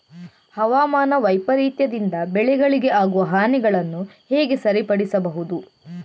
ಹವಾಮಾನ ವೈಪರೀತ್ಯದಿಂದ ಬೆಳೆಗಳಿಗೆ ಆಗುವ ಹಾನಿಗಳನ್ನು ಹೇಗೆ ಸರಿಪಡಿಸಬಹುದು?